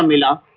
um allah